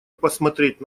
посмотреть